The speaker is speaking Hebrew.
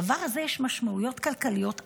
לדבר הזה יש משמעויות כלכליות אדירות.